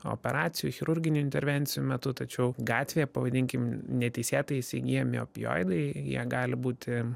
operacijų chirurginių intervencijų metu tačiau gatvėje pavadinkim neteisėtai įsigyjami opioidai jie gali būti